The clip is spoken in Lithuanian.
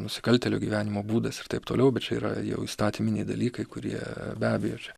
nusikaltėlio gyvenimo būdas ir taip toliau bet čia yra jau įstatyminiai dalykai kurie be abejo čia